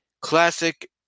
classic